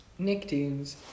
Nicktoons